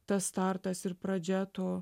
tas startas ir pradžia to